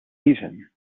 season